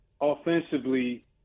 offensively